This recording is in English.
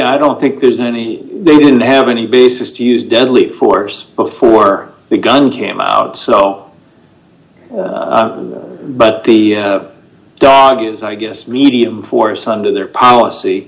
know i don't think there's any they didn't have any basis to use deadly force before the gun came out no but the dog is i guess medium for sunday or their policy